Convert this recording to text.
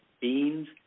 beans